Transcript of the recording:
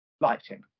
lighting